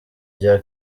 rya